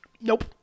nope